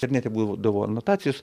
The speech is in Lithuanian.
kad net ir būdavo anotacijos